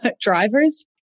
drivers